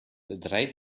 drei